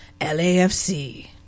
LAFC